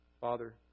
Father